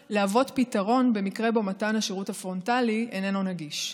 כפתרון במקרה שבו מתן השירות הפרונטלי אינו נגיש.